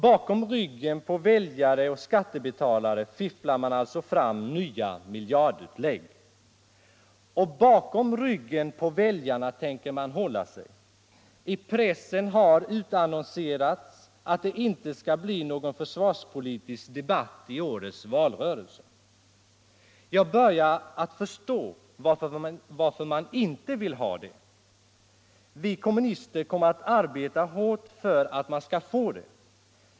Bakom ryggen på väljare och skattebetalare fifflar man alltså fram nya miljardutlägg, och bakom ryggen på väljarna tänker man hålla sig. I pressen har ibland utannonserats att det inte skall bli någon försvarspolitisk debatt i årets valrörelse. Jag börjar förstå varför man inte vill ha en sådan. Vi kommunister kommer att arbeta hårt för att man skall få det.